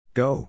go